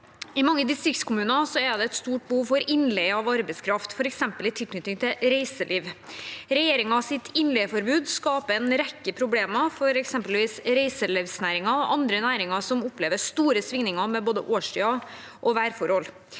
«I mange distriktskommuner er det et stort behov for innleie av arbeidskraft, for eksempel i tilknytning til reiseliv. Regjeringens innleieforbud skaper en rekke problemer for eksempelvis reiselivsnæringen og andre næringer som opplever store svingninger med årstider og værforhold.